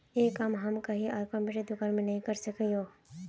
ये काम हम कहीं आर कंप्यूटर दुकान में नहीं कर सके हीये?